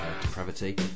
depravity